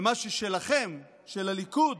ומה ששלכם, של הליכוד,